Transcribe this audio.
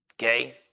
Okay